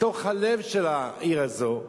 בתוך הלב של העיר הזאת,